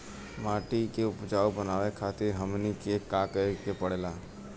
माटी के उपजाऊ बनावे खातिर हमनी के का करें के पढ़ेला?